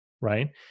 right